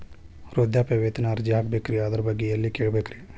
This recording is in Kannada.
ವೃದ್ಧಾಪ್ಯವೇತನ ಅರ್ಜಿ ಹಾಕಬೇಕ್ರಿ ಅದರ ಬಗ್ಗೆ ಎಲ್ಲಿ ಕೇಳಬೇಕ್ರಿ?